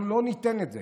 אנחנו לא ניתן את זה.